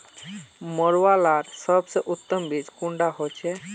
मरुआ लार सबसे उत्तम बीज कुंडा होचए?